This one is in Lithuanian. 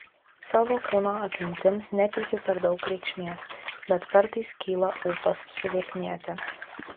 savo kūno apimtims neteikiu per daug reikšmės bet kartais kyla ūpas sulieknėti